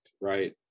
right